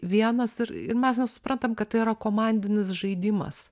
vienas ir ir mes nesuprantam kad tai yra komandinis žaidimas